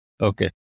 Okay